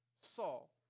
Saul